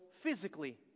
physically